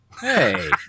Hey